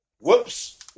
Whoops